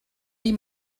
ell